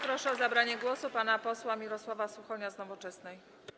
Proszę o zabranie głosu pana posła Mirosława Suchonia z Nowoczesnej.